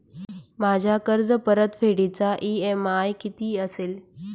माझ्या कर्जपरतफेडीचा इ.एम.आय किती असेल?